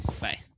bye